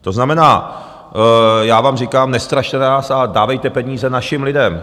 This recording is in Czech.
To znamená, já vám říkám, nestrašte nás a dávejte peníze našim lidem.